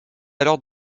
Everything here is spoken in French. alors